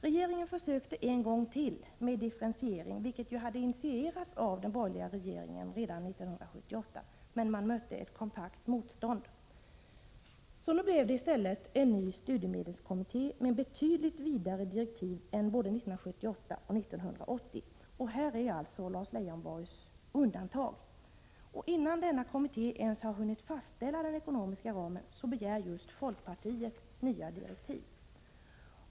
Regeringen försökte återigen införa en differentiering, vilket ju hade initierats av den borgerliga regeringen redan 1978, men förslaget mötte kompakt motstånd. Så blev det i stället en ny studiemedelskommitté med direktiv som var betydligt vidare än dem som gällde både 1978 och 1980. Här inryms alltså det undantag Lars Leijonborg efterlyser. Men innan denna kommitté ens har hunnit fastställa den ekonomiska ramen begär just folkpartiet nya direktiv.